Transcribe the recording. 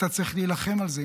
אתה צריך להילחם על זה.